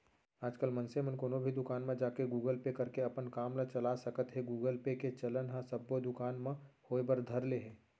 आजकल मनसे मन कोनो भी दुकान म जाके गुगल पे करके अपन काम ल चला सकत हें गुगल पे के चलन ह सब्बो दुकान म होय बर धर ले हे